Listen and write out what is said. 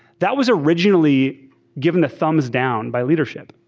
that was originally given the thumbs down by leadership.